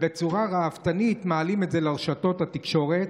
בצורה ראוותנית מעלים את זה לרשתות התקשורת,